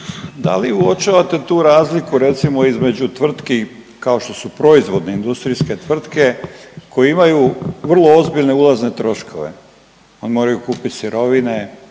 da li uočavate tu razliku recimo između tvrtki kao što su proizvodne industrijske tvrtke koje imaju vrlo ozbiljne ulazne troškove, oni moraju kupit sirovine,